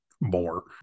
more